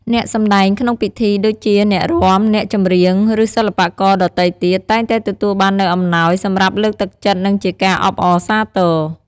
អ្នកសម្តែងក្នុងពិធី ដូចជា អ្នករាំ អ្នកចម្រៀង ឬសិល្បករដទៃទៀត តែងតែទទួលបាននូវអំណោយ សម្រាប់លើកទឹកចិត្ត និងជាការអបអរសាទរ។